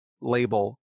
label